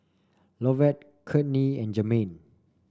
Lovett Kourtney and Jermaine